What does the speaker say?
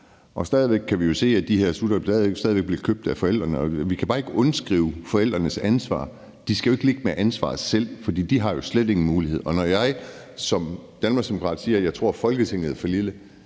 Og vi kan jo se, at de her sutter stadig væk bliver købt af forældrene, og vi kan bare ikke komme uden om forældrenes ansvar. Forældrene skal ikke sidde med ansvaret selv, for de har jo slet ingen handlemuligheder. Når jeg som Danmarksdemokrat siger, at jeg tror, Folketinget er for lille,